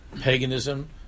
paganism